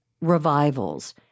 revivals